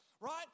right